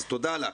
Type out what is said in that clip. תודה לך.